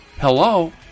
Hello